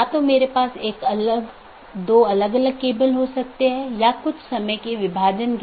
या एक विशेष पथ को अमान्य चिह्नित करके अन्य साथियों को विज्ञापित किया जाता है